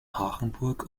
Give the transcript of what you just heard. hachenburg